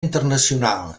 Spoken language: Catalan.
internacional